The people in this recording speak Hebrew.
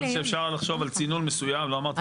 אמרתי שאפשר לחשוב על צינון מסוים, לא אמרתי.